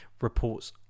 reports